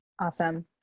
Awesome